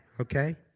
Okay